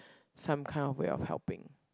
some kind of way of helping